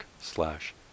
slash